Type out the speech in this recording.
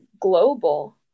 global